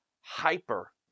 hyper